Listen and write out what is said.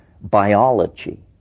biology